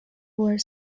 were